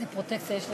חברים,